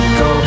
go